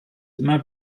immer